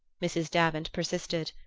mrs. davant persisted.